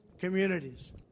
Communities